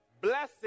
blessing